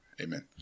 Amen